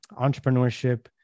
entrepreneurship